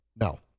No